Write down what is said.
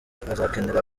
azakenera